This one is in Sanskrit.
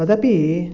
तदपि